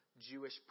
Jewish